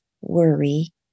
worry